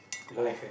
oh